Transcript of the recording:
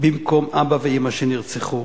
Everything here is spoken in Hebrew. במקום אבא ואמא שנרצחו